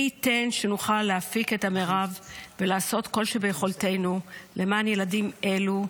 מי ייתן שנוכל להפיק את המרב ולעשות כל שביכולתנו למען ילדים אלו,